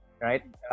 right